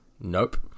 Nope